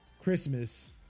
Christmas